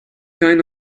kind